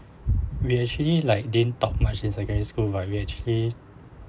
we actually like didn't talk much in secondary school right we actually